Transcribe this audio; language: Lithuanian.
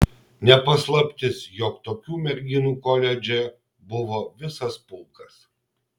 ne paslaptis jog tokių merginų koledže buvo visas pulkas